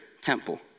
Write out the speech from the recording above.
temple